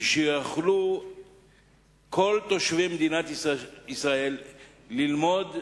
ושיוכלו כל תושבי מדינת ישראל ללמוד,